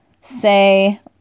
say